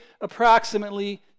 approximately